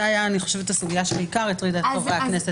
אני חושבת שזו הסוגייה העיקרית שהטרידה את חברי הכנסת אז.